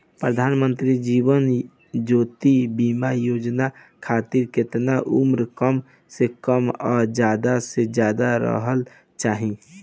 प्रधानमंत्री जीवन ज्योती बीमा योजना खातिर केतना उम्र कम से कम आ ज्यादा से ज्यादा रहल चाहि?